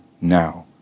now